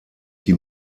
die